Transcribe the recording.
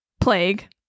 plague